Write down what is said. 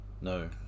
No